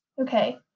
Okay